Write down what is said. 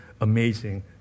amazing